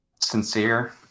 sincere